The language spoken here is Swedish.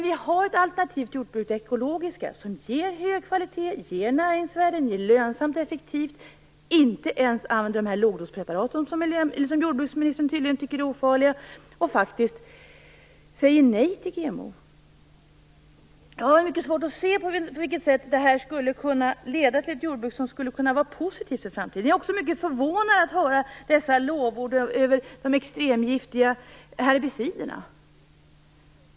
Vi har ett alternativt jordbruk, det ekologiska, som ger hög kvalitet, näringsvärden, som är lönsamt och effektivt och inte ens använder de här lågdospreparaten, som jordbruksministern tydligen tycker är ofarliga, och faktiskt säger nej till GMO. Jag har mycket svårt att se på vilket sätt det här skulle kunna leda till ett jordbruk som skulle kunna vara positivt för framtiden. Jag är också mycket förvånad att höra dessa lovord över de extremgiftiga herbiciderna.